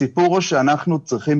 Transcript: הסיפור הוא שאנחנו צריכים,